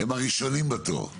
הם הראשונים בתור.